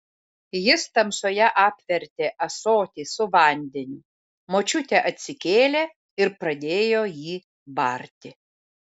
jis tamsoje apvertė ąsotį su vandeniu močiutė atsikėlė ir pradėjo jį barti